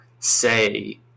Say